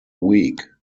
week